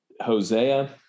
Hosea